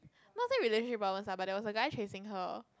not say relationship problems ah but there was a guy chasing her